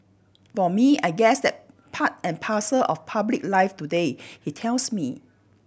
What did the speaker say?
for me I guess that part and parcel of public life today he tells me